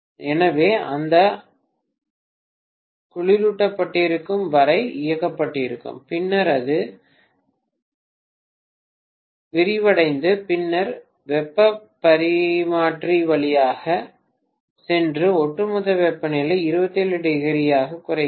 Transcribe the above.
எனவே அந்த அமுக்கி குளிரூட்டப்பட்டிருக்கும் வரை இயக்கப்பட்டிருக்கும் பின்னர் அது விரிவடைந்து பின்னர் வெப்பப் பரிமாற்றி வழியாகச் சென்று ஒட்டுமொத்த வெப்பநிலை 27o ஆக குறைகிறது